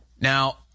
Now